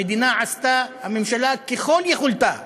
הממשלה עשתה ככל יכולתה